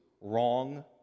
wrong